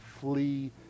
flee